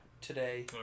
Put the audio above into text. today